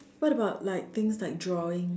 what about like things like drawing